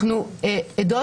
אנחנו עדות,